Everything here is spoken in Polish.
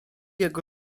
jego